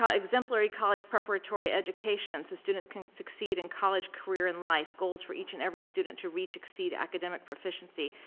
um exemplary college preparatory education, so students can succeed in college, career, and life goals for each and every student to reach exceed academic proficiency.